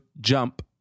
JUMP